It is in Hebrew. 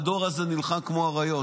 הדור הזה נלחם כמו אריות,